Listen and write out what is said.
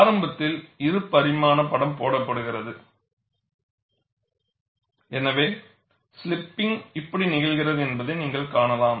ஆரம்பத்தில் இரு பரிமாண படம் போடப்படுகிறது எனவே ஸ்லிப்பிங்க் இப்படி நிகழ்கிறது என்பதை நீங்கள் காணலாம்